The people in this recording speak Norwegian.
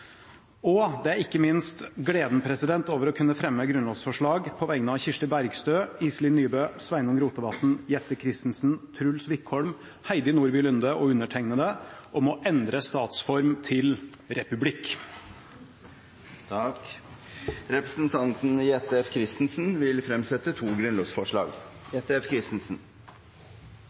Og ikke minst er det grunnlovsforslag fra representantene Kirsti Bergstø, Iselin Nybø, Sveinung Rotevatn, Jette F. Christensen, Truls Wickholm, Heidi Nordby Lunde og meg selv om